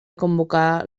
convocar